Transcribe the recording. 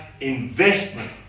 investment